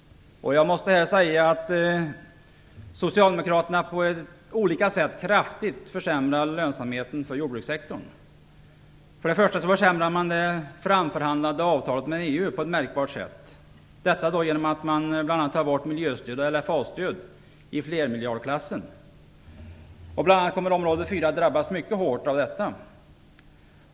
Jag måste säga att socialdemokraterna på olika sätt kraftigt försämrar lönsamheten för jordbrukssektorn. För det första försämrar man det framförhandlade avtalet med EU på ett märkbart sätt. Detta gör man genom att man bl.a. tar bort miljöstöd och LFA-stöd i flermiljardklassen. Bl.a. område fyra kommer att drabbas mycket hårt av detta.